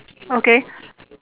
okay